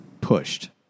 pushed